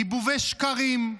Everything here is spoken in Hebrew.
גיבובי שקרים,